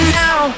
now